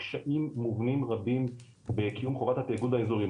קשיים מובנים רבים בקיום חובת התאגוד האזורי.